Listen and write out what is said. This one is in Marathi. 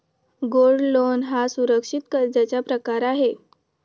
गोल्ड लोन हा सुरक्षित कर्जाचा प्रकार आहे